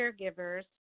caregivers